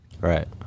right